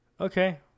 okay